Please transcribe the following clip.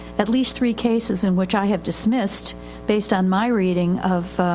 at least three cases in which i have dismissed based on my reading of,